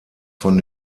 von